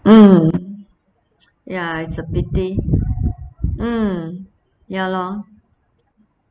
mm ya it's a pity mm ya lor